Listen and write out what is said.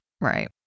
Right